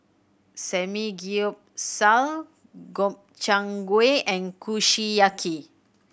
Samgyeopsal Gobchang Gui and Kushiyaki